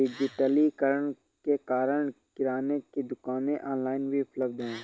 डिजिटलीकरण के कारण किराने की दुकानें ऑनलाइन भी उपलब्ध है